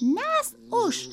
mes už